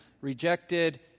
rejected